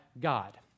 God